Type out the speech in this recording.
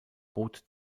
bot